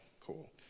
Cool